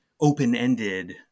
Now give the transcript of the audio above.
open-ended